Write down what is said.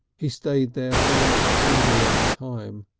he stayed there for what seemed a long time.